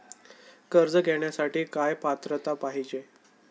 कर्ज घेण्यासाठी काय पात्रता पाहिजे?